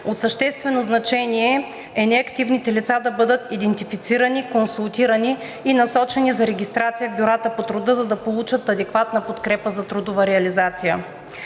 от съществено значение е неактивните лица да бъдат идентифицирани, консултирани и насочени за регистрация в бюрата по труда, за да получат адекватна подкрепа за трудова реализация.